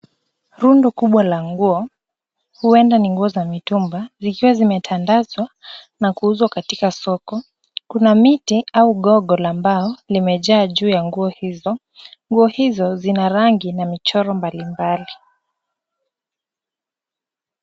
Rundo kubwa la nguo huenda ni nguo za mitumba zikiwa zimetandazwa na kuuzwa katika soko. Kuna miti au gogo la mbao limejaa juu ya nguo hizo, nguo hizo zina rangi na michoro mbalimbali.